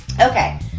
Okay